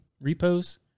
repos